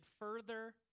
further